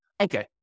Okay